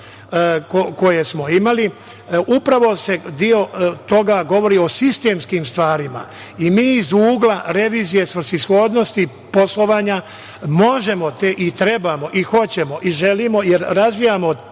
koje smo imali, jer upravo deo toga govori o sistemskim stvarima i mi iz ugla revizije svrsishodnosti poslovanja, možemo i trebamo i hoćemo i želimo, jer razvijamo